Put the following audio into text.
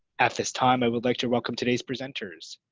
at this time i would like to welcome today's presenters.